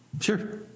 Sure